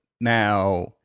Now